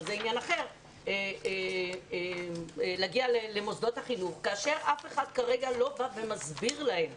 אבל זה עניין אחר למוסדות החינוך כאשר אף אחד כרגע לא בא ומסביר להם.